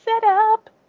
setup